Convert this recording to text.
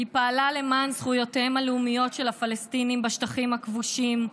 היא פעלה למען זכויותיהם הלאומיות של הפלסטינים בשטחים הכבושים,